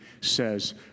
says